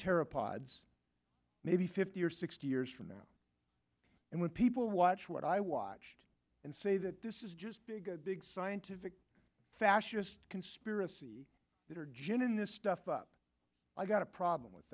terra pods maybe fifty or sixty years from now and when people watch what i watched and say that this is just big big scientific fascist conspiracy that are genin this stuff up i've got a problem with